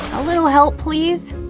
a little help, please?